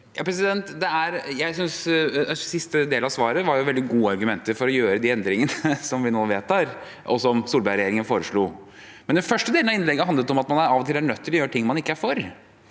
Jeg synes siste del av svaret var veldig gode argumenter for å gjøre de endringene som vi nå vedtar, og som Solberg-regjeringen foreslo. Den første delen av innlegget handlet om at man av og til er nødt til å gjøre ting man ikke er for,